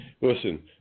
Listen